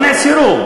לא נעצרו.